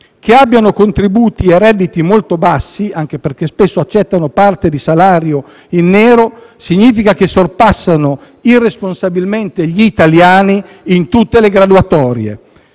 che abbiano contributi e redditi molto bassi (anche perché spesso accettano parte di salario in nero) fa sì che sorpassino irresponsabilmente gli italiani in tutte le graduatorie.